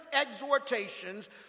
exhortations